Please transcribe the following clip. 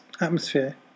atmosphere